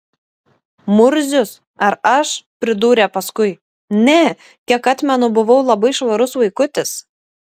murzius ar aš pridūrė paskui ne kiek atmenu buvau labai švarus vaikutis